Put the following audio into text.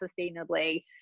sustainably